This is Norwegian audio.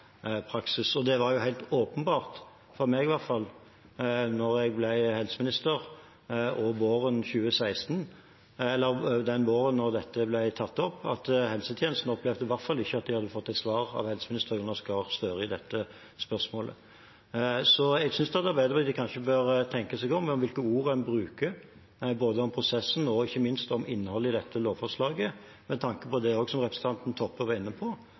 Og det var helt åpenbart – for meg, i hvert fall – da jeg ble helseminister den våren dette ble tatt opp, at helsetjenesten i hvert fall ikke opplevde at de hadde fått et svar fra helseminister Jonas Gahr Støre i dette spørsmålet. Jeg synes kanskje Arbeiderpartiet bør tenke seg om når det gjelder hvilke ord man bruker både om prosessen og ikke minst om innholdet i dette lovforslaget, med tanke på det som også representanten Toppe var inne på,